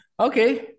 Okay